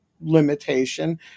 limitation